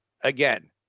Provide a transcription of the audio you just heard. Again